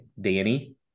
Danny